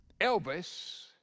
Elvis